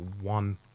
One